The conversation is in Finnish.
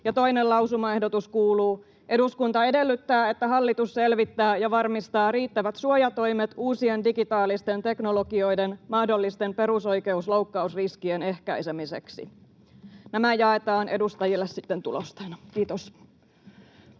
toinen lausumaehdotus kuuluu: ”Eduskunta edellyttää, että hallitus selvittää ja varmistaa riittävät suojatoimet uusien digitaalisten teknologioiden mahdollisten perusoikeusloukkausriskien ehkäisemiseksi.” Nämä jaetaan edustajille sitten tulosteina. — Kiitos.